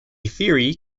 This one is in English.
theory